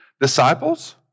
Disciples